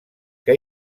que